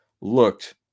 looked